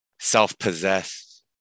Self-possessed